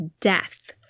death